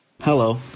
Hello